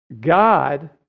God